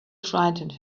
frightened